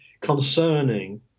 concerning